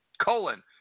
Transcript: colon